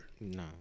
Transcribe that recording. No